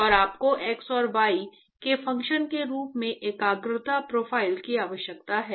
और आपको x और y के फंक्शन के रूप में एकाग्रता प्रोफाइल की आवश्यकता है